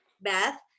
Beth